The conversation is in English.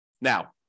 Now